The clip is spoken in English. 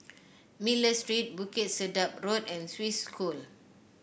Miller Street Bukit Sedap Road and Swiss School